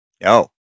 No